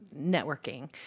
networking